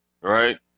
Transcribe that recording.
right